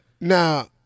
Now